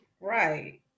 Right